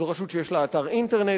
זו רשות שיש לה אתר אינטרנט.